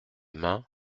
main